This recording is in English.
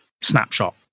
snapshot